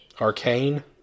Arcane